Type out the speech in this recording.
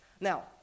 Now